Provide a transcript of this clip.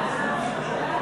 סעיפים 1